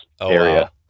area